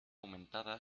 aumentada